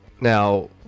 now